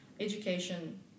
Education